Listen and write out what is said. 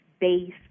base